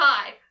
Five